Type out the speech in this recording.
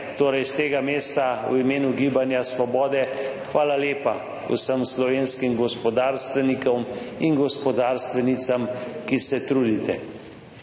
Torej s tega mesta v imenu Gibanja svobode hvala lepa vsem slovenskim gospodarstvenikom in gospodarstvenicam, ki se trudite.